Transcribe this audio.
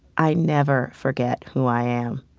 i never forget who i am,